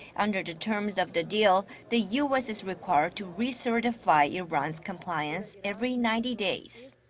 under the terms of the deal. the u s. is required to re-certify iran's compliance every ninety days.